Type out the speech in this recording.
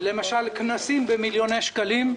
למשל כנסים במיליוני שקלים,